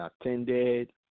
attended